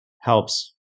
helps